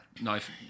knife